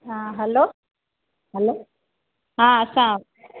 ह hello hello हा असां